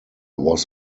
was